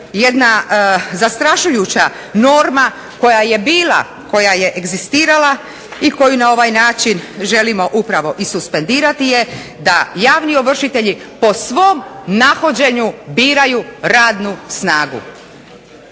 jedna zastrašujuća norma koja je bila, koja je egzistirala i koju na ovaj način želimo upravo i suspendirati je da javni ovršitelji po svom nahođenju biraju radnu snagu.